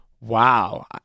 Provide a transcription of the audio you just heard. wow